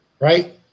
right